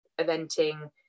eventing